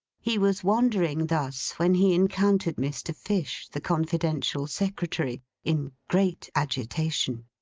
he was wandering thus, when he encountered mr. fish, the confidential secretary in great agitation.